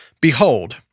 Behold